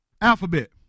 alphabet